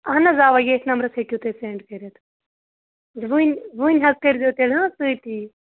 اہن حظ اَوا ییٚتھۍ نَمبرَس ہیٚکِو تُہۍ سٮ۪نٛڈ کٔرِتھ وٕنۍ وٕنۍ حظ کٔرۍزیو تیٚلہِ ہہ سۭتی